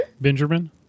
Benjamin